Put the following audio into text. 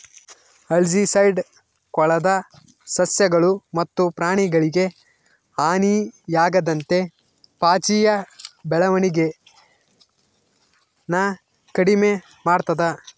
algicide ಕೊಳದ ಸಸ್ಯಗಳು ಮತ್ತು ಪ್ರಾಣಿಗಳಿಗೆ ಹಾನಿಯಾಗದಂತೆ ಪಾಚಿಯ ಬೆಳವಣಿಗೆನ ಕಡಿಮೆ ಮಾಡ್ತದ